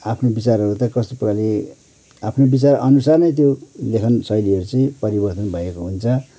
आफ्नो बिचारहरू त कस्तो प्रकारले आफ्नो बिचार अनुसार नै त्यो लेखन शैलीहरू चाहिँ परिवर्तन भएको हुन्छ